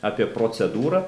apie procedūrą